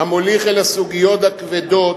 המוליך אל הסוגיות הכבדות